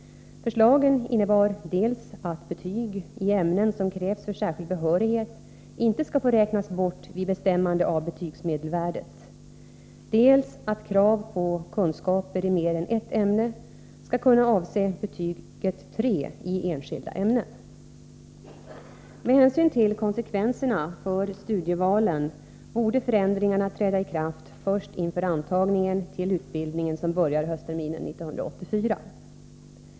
Förslagen innebar dels att betyg i ämnen som krävs för särskild behörighet inte skall få räknas bort vid bestämmande av betygsmedelvärdet, dels att krav på kunskaper i mer än ett ämne skall kunna avse betyget 3 i enskilda ämnen. Med hänsyn till konsekvenserna för studievalen borde förändringarna träda i kraft först inför antagningen till utbildning som börjar höstterminen 1984.